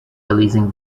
releasing